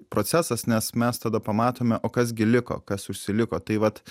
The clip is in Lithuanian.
procesas nes mes tada pamatome o kas gi liko kas užsiliko tai vat